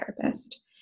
therapist